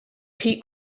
pete